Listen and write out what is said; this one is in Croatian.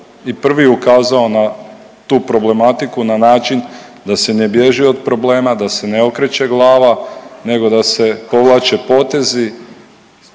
i prvi ukazao na tu problematiku na način da se ne bježi od problema, da se ne okreće glava nego da se povlače potezi,